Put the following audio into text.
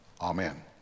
Amen